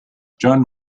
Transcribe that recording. john